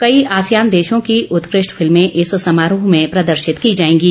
कई आसियान देशों की उत्कृष्ट फिल्में इस समारोह में प्रदर्शित की जाएंगी